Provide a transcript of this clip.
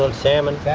so salmon,